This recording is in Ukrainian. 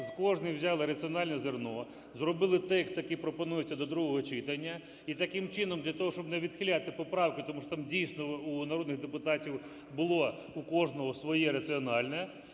з кожної взяли раціональне зерно, зробили текст, який пропонується до другого читання. І таким чином для того, щоб не відхиляти поправки, тому що там дійсно у народних депутатів було у кожного своє раціональне,